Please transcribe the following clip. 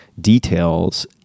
details